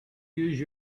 use